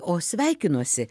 o sveikinuosi